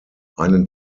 einen